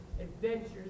adventures